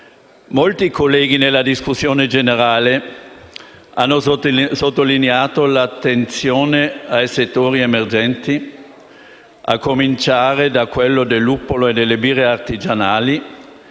Molti colleghi, nel corso della discussione generale, hanno sottolineato l'attenzione ai settori emergenti, a cominciare da quello del luppolo e delle birre artigianali,